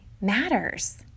matters